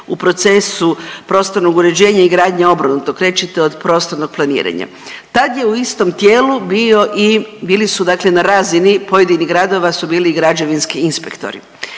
u procesu prostornog uređenja i gradnje obrnuto krećete od prostornog planiranja. Tad je u istom tijelu bio i, bili su dakle na razini pojedinih gradova su bili građevinski inspektori